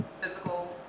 physical